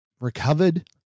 recovered